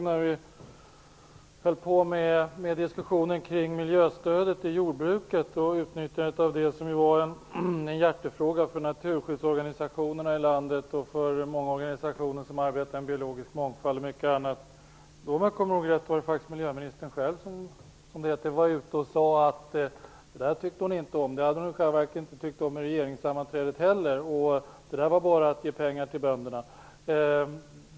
När vi diskuterade miljöstödet till jordbruket och dess utnyttjande, vilket ju var en hjärtefråga för naturskyddsorganisationerna i landet och de organisationer som arbetar med biologisk mångfald m.m., var det faktiskt miljöministern själv, om jag minns rätt, som sade att det där tyckte hon inte om, det hade hon inte tyckt om i regeringssammanträdet heller, det var bara att ge pengar till bönderna.